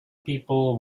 people